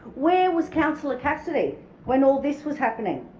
where was councillor cassidy when all this was happening?